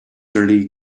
lee